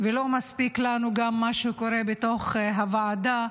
ולא מספיק לנו גם מה שקורה בתוך הוועדה,